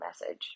message